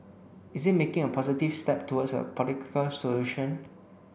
is it making a positive step towards a political solution